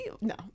No